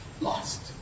lost